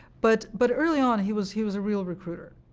but but early on, he was he was a real recruiter.